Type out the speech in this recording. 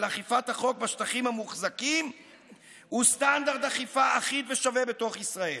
אכיפת החוק בשטחים המוחזקים וסטנדרט אכיפה אחיד ושווה בתוך ישראל.